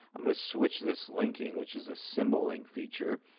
i'm going to switch this linking, which is a symbol link feature,